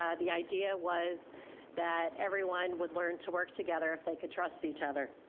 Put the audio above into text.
ah the idea was that everyone would learn to work together if they could trust each other.